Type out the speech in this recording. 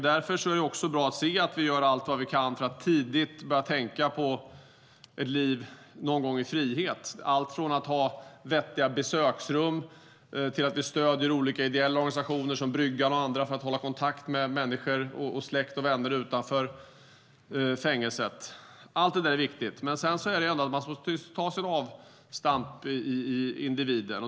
Därför är det bra att vi gör allt vi kan och tidigt börjar tänka på ett liv i frihet, allt från vettiga besöksrum till att vi stöder olika ideella organisationer som Bryggan för att man ska kunna hålla kontakt med släkt och vänner utanför fängelset. Allt det där är viktigt. Man ska ta sin avstamp i individen.